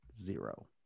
Zero